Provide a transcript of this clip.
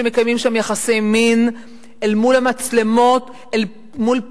שמקיימים שם יחסי מין אל מול המצלמות,